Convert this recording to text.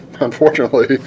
unfortunately